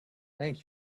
thank